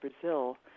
Brazil